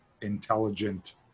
intelligent